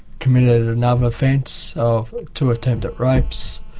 committed another offence of two attempted rapes.